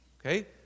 Okay